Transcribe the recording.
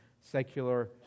secular